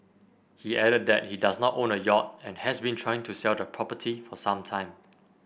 he added that he does not own a yacht and has been trying to sell the property for some time